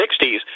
60s